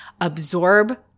absorb